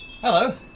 Hello